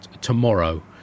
tomorrow